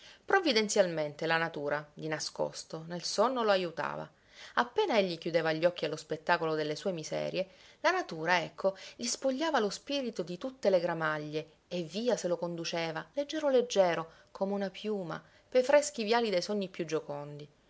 provvidenzialmente la natura di nascosto nel sonno lo ajutava appena egli chiudeva gli occhi allo spettacolo delle sue miserie la natura ecco gli spogliava lo spirito di tutte le gramaglie e via se lo conduceva leggero leggero come una piuma pei freschi viali dei sogni più giocondi